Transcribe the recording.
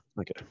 Okay